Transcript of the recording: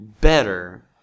better